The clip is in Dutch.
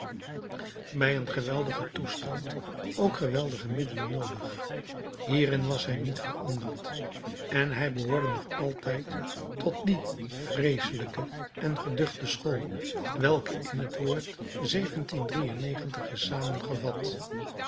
bij een geweldigen toestand ook geweldige middelen noodig hierin was hij niet veranderd en hij behoorde nog altijd tot die vreeselijke en geduchte school welke in het woord is samengevat